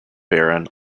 baron